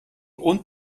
und